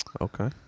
Okay